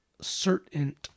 certain